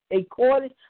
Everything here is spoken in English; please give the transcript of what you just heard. according